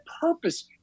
purpose